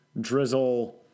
drizzle